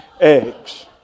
eggs